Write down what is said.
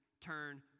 turn